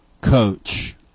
coach